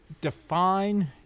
define